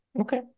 Okay